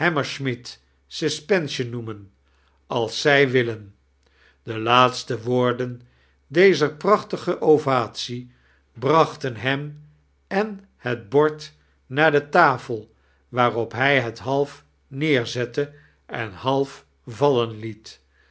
suspension noemen als zij willen de laatste woorden dezer prachtdge avatie brachten hem en het bord naar de tafel waarop hij het half neerzette en half vallen liet